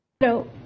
No